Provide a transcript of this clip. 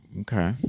Okay